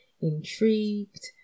intrigued